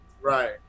Right